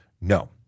No